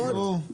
היה חד-משמעית.